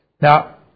Now